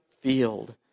field